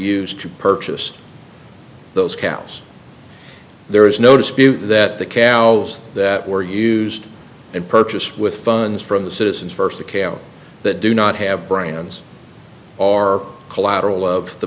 used to purchase those couse there is no dispute that the cals that were used and purchased with funds from the citizens first the cayo that do not have brands are collateral of the